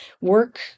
work